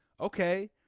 okay